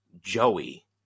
Joey